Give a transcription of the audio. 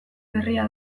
berria